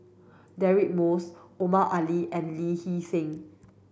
Deirdre Moss Omar Ali and Lee Hee Seng